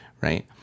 right